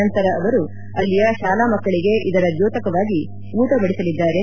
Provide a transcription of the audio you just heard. ನಂತರ ಅವರು ಅಲ್ಲಿಯ ಶಾಲಾ ಮಕ್ಕಳಿಗೆ ಇದರ ದ್ಯೋತಕವಾಗಿ ಊಟ ಬಡಿಸಲಿದ್ದಾರೆ